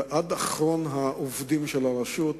עד אחרון העובדים של הרשות,